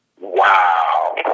Wow